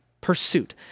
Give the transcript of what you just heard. pursuit